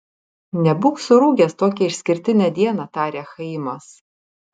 nebūk surūgęs tokią išskirtinę dieną tarė chaimas